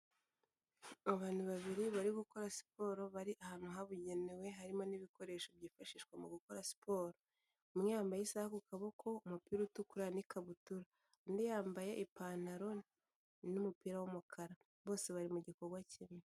Abantu babiri bari gukora siporo bari ahantu habugenewe harimo n'ibikoresho byifashishwa mu gukora siporo, umwe yambaye isaha ku kaboko, umupira utukura n'ikabutura, undi yambaye ipantaro n'umupira w'umukara bose bari mu gikorwa kimwe.